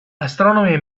astronomy